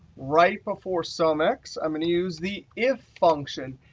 right before so um x, i'm going to use the if function.